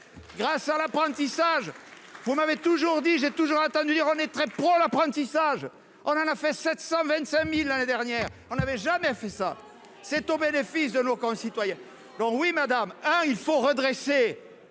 grâce à l'apprentissage, vous m'avez toujours dit, j'ai toujours entendu dire : on est très pour l'apprentissage, on en a fait 725000 l'année dernière, on n'avait jamais vu ça, c'est au bénéfice de nos concitoyens, donc oui madame, hein, il faut redresser